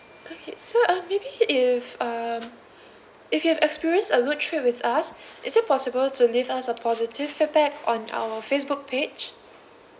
okay so um maybe if um if you have experienced a good trip with us is it impossible to leave us a positive feedback on our facebook page